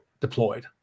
deployed